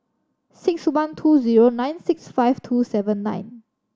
six one two zero nine six five two seven nine